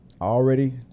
already